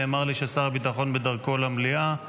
נאמר לי ששר הביטחון בדרכו למליאה.